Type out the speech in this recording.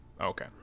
Okay